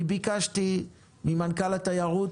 ביקשתי ממנכ"ל משרד התיירות,